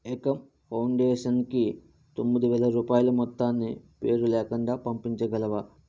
ఏకమ్ ఫౌండేషన్కి తొమ్మిది వేల రూపాయల మొత్తాన్ని పేరులేకుండా పంపించగలవా